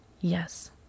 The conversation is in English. Yes